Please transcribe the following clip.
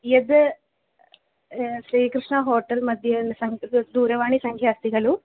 यद् श्रीकृष्ण होटेल्मध्ये सङ्क् दु दूरवाणीसङ्ख्या अस्ति खलु